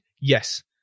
yes